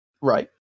Right